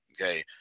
Okay